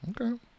Okay